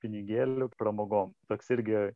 pinigėlių pramogom toks irgi